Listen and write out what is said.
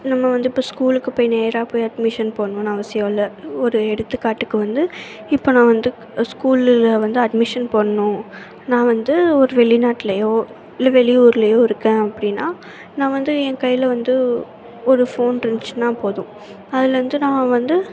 நம்ம வந்து இப்போ ஸ்கூலுக்கு போய் நேராக போய் அட்மிஷன் போடணும்னு அவசியம் இல்லை ஒரு எடுத்துக்காட்டுக்கு வந்து இப்போ நான் வந்து ஸ்கூலில் வந்து அட்மிஷன் போடணும் நான் வந்து ஒரு வெளிநாட்டுலயோ இல்லை வெளி ஊர்லேயோ இருக்கேன் அப்படின்னா நான் வந்து என் கையில் வந்து ஒரு ஃபோன் இருந்துச்சுன்னா போதும் அதுலேருந்து நான் வந்து